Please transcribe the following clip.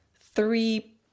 three